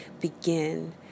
begin